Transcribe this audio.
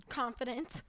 confident